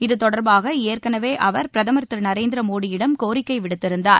இத்தொடர்பாக ஏற்கனவே அவர் பிரதமர் திரு நரேந்திர மோடியிடம் கோரிக்கை விடுத்திருந்தார்